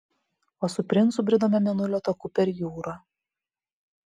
o su princu bridome mėnulio taku per jūrą